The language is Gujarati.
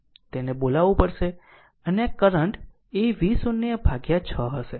તેને બોલાવું પડશે અને આ કરંટ એ V0 ભાગ્યા 6 હશે